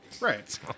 Right